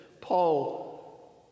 Paul